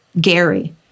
Gary